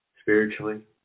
spiritually